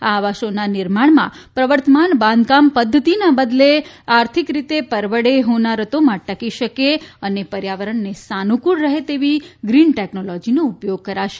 આ આવાસોના નિર્માણમાં પ્રવર્તમાન બાંધકામ પધ્ધતિના બદલે આર્થિક રીતે પરવડે હોનારતોમાં ટકી શકે અને પર્યાવરણને સાનુફૂળ રહે તેવી ગ્રીન ટેકનોલોજીનો ઉપયોગ કરાશે